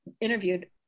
interviewed